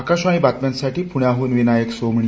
आकाशवाणी बातम्यांसाठी पूण्याहून विनायक सोमणी